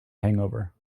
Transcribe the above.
hangover